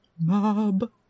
mob